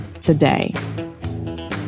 today